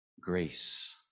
Grace